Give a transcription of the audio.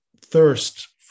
thirst